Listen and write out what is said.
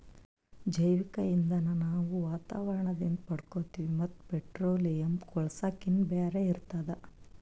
ಜೈವಿಕ್ ಇಂಧನ್ ನಾವ್ ವಾತಾವರಣದಿಂದ್ ಪಡ್ಕೋತೀವಿ ಮತ್ತ್ ಪೆಟ್ರೋಲಿಯಂ, ಕೂಳ್ಸಾಕಿನ್ನಾ ಬ್ಯಾರೆ ಇರ್ತದ